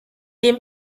dem